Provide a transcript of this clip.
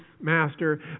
Master